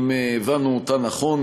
אם הבנו אותה נכון,